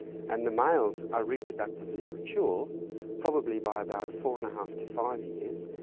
and the males are reproductively mature probably by about four and a half to five years,